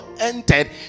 entered